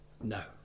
no